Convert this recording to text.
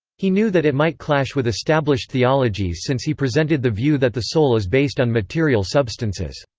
he knew that it might clash with established theologies since he presented the view that the soul is based on material substances.